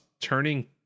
turning